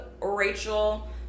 rachel